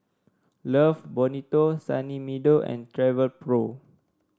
Love Bonito Sunny Meadow and Travelpro